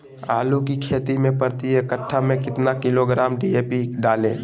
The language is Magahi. आलू की खेती मे प्रति कट्ठा में कितना किलोग्राम डी.ए.पी डाले?